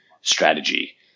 strategy